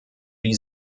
die